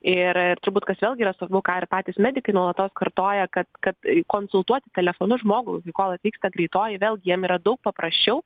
ir ir turbūt kas vėlgi yra svarbu ką ir patys medikai nuolatos kartoja kad kad konsultuoti telefonu žmogų kol atvyksta greitoji vėlgi jiem yra daug paprasčiau